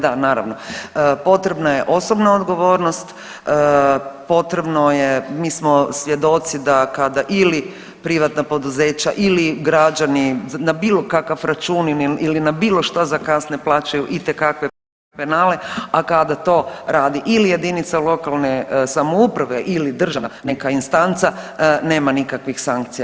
Da naravno, potrebna je osobna odgovornost, potrebno je mi smo svjedoci da kada ili privatna poduzeća ili građani na bilo kakav račun ili na bilo šta zakasne plaćaju itekakve penale, a kada to radi ili jedinica lokalne samouprave ili državna neka instanca nema nikakvih sankcija.